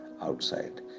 outside